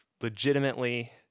legitimately